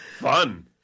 Fun